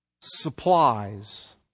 supplies